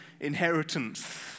inheritance